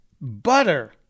Butter